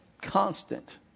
constant